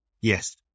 Yes